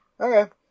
Okay